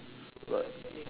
what